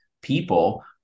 people